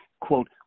Quote